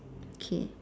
okay